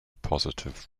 positive